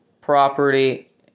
property